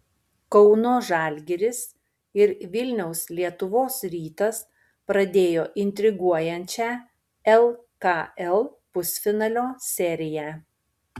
kauno žalgiris ir vilniaus lietuvos rytas pradėjo intriguojančią lkl pusfinalio seriją